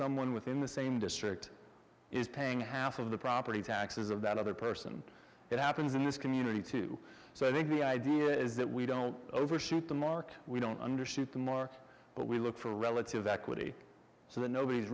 within the same district is paying half of the property taxes of that other person it happens in this community too so i think the idea is that we don't overshoot the mark we don't undershoot the more but we look for relative equity so that nobody's